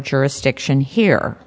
jurisdiction here